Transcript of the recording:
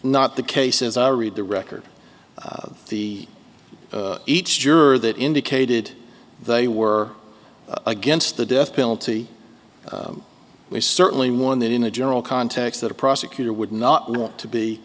not the case is i read the record of the each juror that indicated they were against the death penalty we certainly one that in a general context that a prosecutor would not want to be